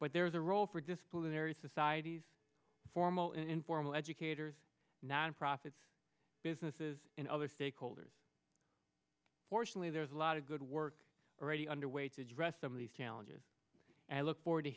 but there is a role for disciplinary societies formal informal educators nonprofits businesses and other stakeholders fortunately there's a lot of good work already underway to address some of these challenges i look forward to